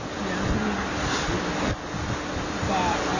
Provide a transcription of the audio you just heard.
the answer is we don't know but